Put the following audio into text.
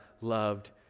loved